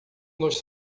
nos